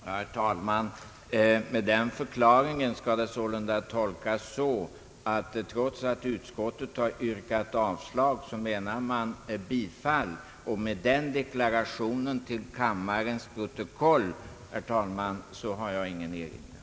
Herr talman! Med den förklaringen skall utlåtandet alltså tolkas så att trots att utskottet har yrkat avslag menar man bifall. Mot den deklarationen till kammarens protokoll, herr talman, har jag ingen erinran.